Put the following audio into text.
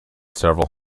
several